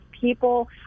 people